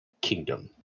kingdom